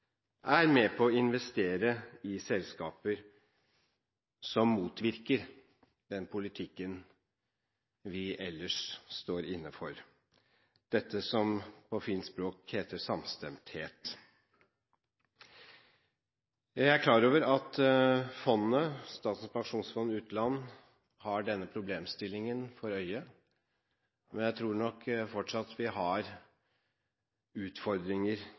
er med på å investere i selskaper som motvirker den politikken vi ellers står inne for, dette som på fint språk heter samstemthet. Jeg er klar over at Statens pensjonsfond utland har denne problemstillingen for øye, men jeg tror nok fortsatt vi har utfordringer